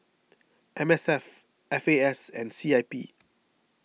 M S F F A S and C I P